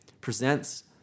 presents